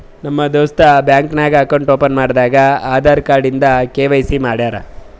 ನಮ್ ದೋಸ್ತ ಬ್ಯಾಂಕ್ ನಾಗ್ ಅಕೌಂಟ್ ಓಪನ್ ಮಾಡಾಗ್ ಆಧಾರ್ ಕಾರ್ಡ್ ಇಂದ ಕೆ.ವೈ.ಸಿ ಮಾಡ್ಯಾರ್